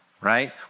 right